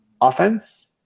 offense